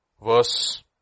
Verse